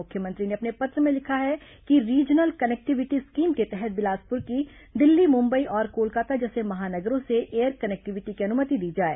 मुख्यमंत्री ने अपने पत्र में लिखा है कि रीजनल कनेक्टिविटी स्कीम के तहत बिलासपुर की दिल्ली मुंबई और कोलकाता जैसे महानगरों से एयर कनेक्टिविटी की अनुमति दी जाए